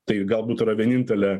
tai galbūt yra vienintelė